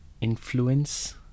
influence